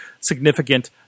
significant